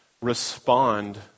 respond